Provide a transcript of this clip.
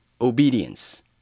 obedience